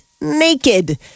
naked